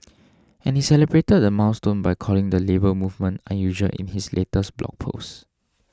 and he celebrated the milestone by calling the Labour Movement unusual in his latest blog post